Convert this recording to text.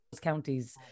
counties